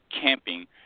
camping